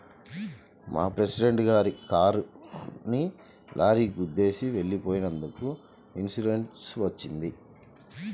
మా ప్రెసిడెంట్ గారి కారుని లారీ గుద్దేసి వెళ్ళిపోయినందుకు ఇన్సూరెన్స్ వచ్చింది